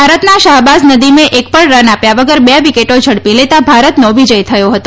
ભારતના શાહબાઝ નદીમે એક પણ રન આપ્યા વગર બે વિકેટો ઝડપી લેતાં ભારતનો વિજય થયો હતો